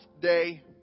day